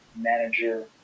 manager